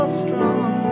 strong